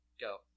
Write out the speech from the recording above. Go